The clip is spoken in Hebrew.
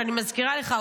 שאני מזכירה לך,